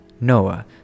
Noah